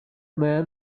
man